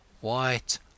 white